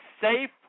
safe